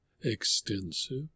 extensive